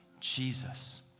Jesus